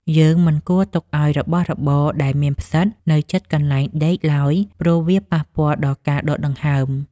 យើងមិនគួរទុកឱ្យរបស់របរដែលមានផ្សិតនៅជិតកន្លែងដេកឡើយព្រោះវាប៉ះពាល់ដល់ការដកដង្ហើម។